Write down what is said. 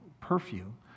perfume